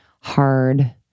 hard